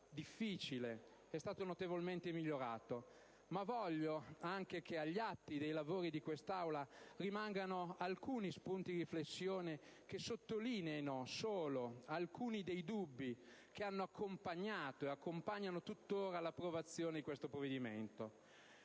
«difficile» è stato notevolmente migliorato, ma vorrei anche che agli atti dei lavori di quest'Aula rimangano alcuni spunti di riflessione che sottolineino solo alcuni dei dubbi che hanno accompagnato e accompagnano tuttora l'approvazione di questo provvedimento.